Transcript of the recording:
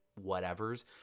whatevers